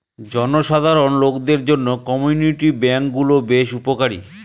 জনসাধারণ লোকদের জন্য কমিউনিটি ব্যাঙ্ক গুলো বেশ উপকারী